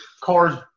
cars